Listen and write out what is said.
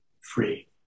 free